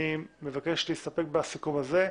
אני מבקש להסתפק בסיכום הזה.